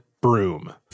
broom